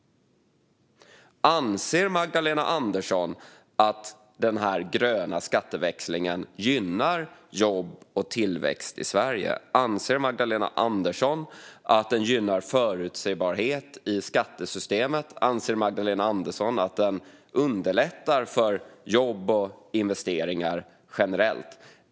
Anser Magdalena Andersson att den gröna skatteväxlingen gynnar jobb och tillväxt i Sverige? Anser Magdalena Andersson att den gynnar förutsägbarhet i skattesystemet? Anser Magdalena Andersson att den underlättar för jobb och investeringar generellt?